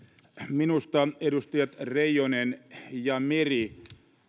minusta edustajat reijonen ja meri